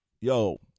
yo